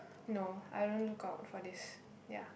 no I don't lookout for this ya